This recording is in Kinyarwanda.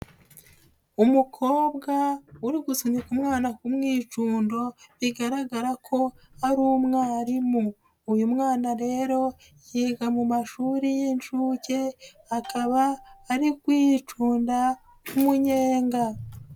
Umukobwa uri gusunika umwana ku mwicundo bigaragara ko ari umwarimu, uyu mwana rero yiga mu mashuri y'inshuke akaba ari kwicunda ku munyenga.